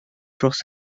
dros